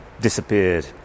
disappeared